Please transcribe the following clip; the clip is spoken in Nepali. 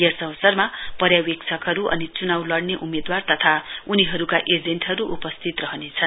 यस अवसरमा पर्यवेक्षकहरू अनि चुनाउ लडने उम्मेद्वार तथा उनीहरूका एजेन्टहरू उपस्थित रहनेछन्